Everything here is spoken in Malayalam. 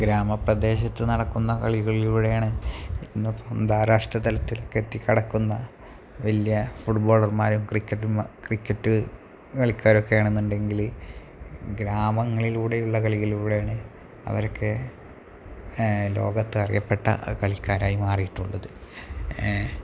ഗ്രാമപ്രദേശത്തു നടക്കുന്ന കളികളിലൂടെയാണ് ഇന്ന് അന്താരാഷ്ട്ര തലത്തിലേക്കെത്തിക്കിടക്കുന്ന വലിയ ഫുട്ബോളർമാരും ക്രിക്കറ്റർ മാ ക്രിക്കറ്റ് കളിക്കാരൊക്കെയാണെന്നുണ്ടെങ്കിൽ ഗ്രാമങ്ങളിലൂടെയുള്ള കളികളിലൂടെയാണ് അവരൊക്കെ ലോകത്തറിയപ്പെട്ട കളിക്കരായി മാറിയിട്ടുള്ളത് ഏ